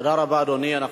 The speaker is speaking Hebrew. תודה רבה, אדוני.